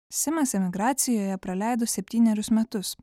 simas emigracijoje praleido septynerius metus